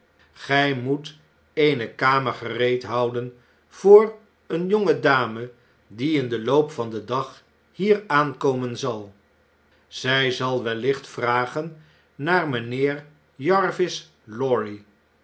ge moet eene kamer gereed houden voor eene jonge dame die in den loop van den dag hier aankomen zal zjj zal wellicht vragen naar rmjnheer jarvis lorry